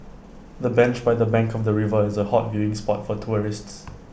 the bench by the bank of the river is A hot viewing spot for tourists